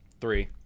Three